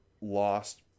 lost